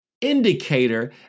indicator